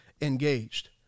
engaged